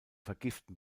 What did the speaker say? vergiften